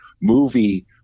movie